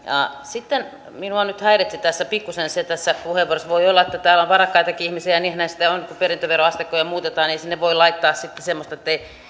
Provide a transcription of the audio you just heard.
sitten minua häiritsi tässä puheenvuorossa nyt pikkuisen voi olla että täällä on varakkaitakin ihmisiä ja niinhän se sitten on että kun perintöveroasteikkoja muutetaan niin ei sinne voi laittaa sitten semmoista